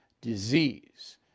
disease